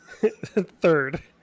third